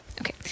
Okay